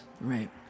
Right